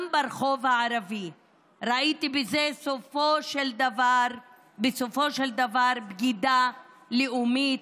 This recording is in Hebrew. גם ברחוב הערבי ראיתי בסופו של דבר בגידה לאומית,